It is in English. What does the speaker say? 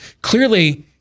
Clearly